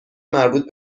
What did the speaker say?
مربوط